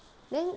then